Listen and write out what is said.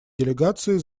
делегации